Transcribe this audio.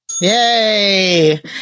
Yay